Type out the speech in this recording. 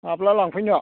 माब्ला लांफैनो